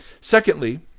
Secondly